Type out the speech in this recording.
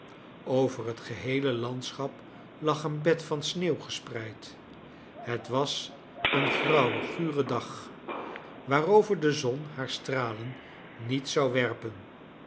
over het geheele landschap lag een bed van sneeuw gespreid het was een grauwe gure dag waarover de zon haar stralen niet zou werpen